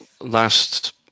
last